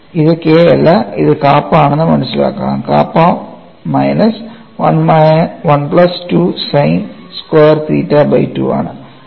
ഇത് K അല്ല ഇത് കാപ്പ ആണെന്ന് മനസ്സിലാക്കണം kappa minus 1 plus 2 sine square theta by 2 ആണ്